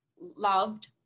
loved